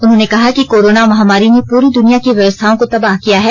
उन्होंने कहा कि कोरोना महामारी ने पूरी दुनिया की व्यवस्थाओं को तबाह किया है